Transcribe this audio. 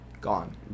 Gone